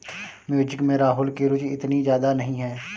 music में राहुल की रुचि इतनी ज्यादा नहीं है